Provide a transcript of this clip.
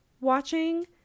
watching